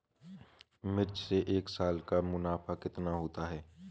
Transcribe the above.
मिर्च से एक साल का मुनाफा कितना होता है?